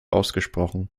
ausgesprochen